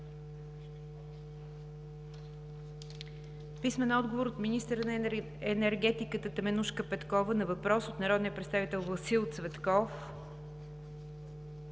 Тимчев; - министъра на енергетиката Теменужка Петкова на въпрос от народния представител Васил Цветков;